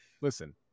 listen